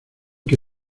que